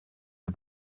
der